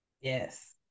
yes